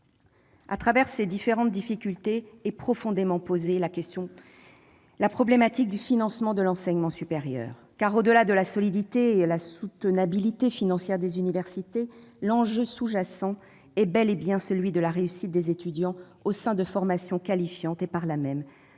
À travers ces différentes difficultés est profondément posée la problématique du financement de l'enseignement supérieur. Outre la solidité et la soutenabilité financières des universités, l'enjeu sous-jacent est bel et bien celui de la réussite des étudiants au sein de formations qualifiantes et, par là même,